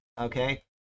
okay